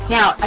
Now